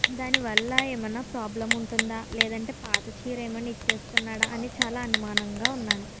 దానివల్ల ఏమైనా ప్రాబ్లం ఉంటుందా లేదంటే పాత చీర ఏమైనా ఇచ్చేస్తున్నారా అని చాలా అనుమానంగా ఉన్నాను